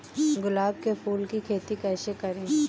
गुलाब के फूल की खेती कैसे करें?